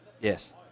Yes